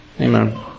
Amen